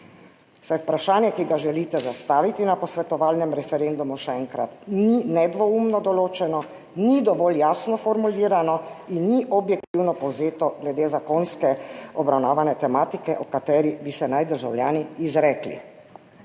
vprašanje, ki ga želite zastaviti na posvetovalnem referendumu, še enkrat, ni nedvoumno določeno, ni dovolj jasno formulirano in ni objektivno povzeto glede obravnavane zakonske tematike, o kateri naj bi se državljani izrekli.